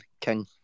King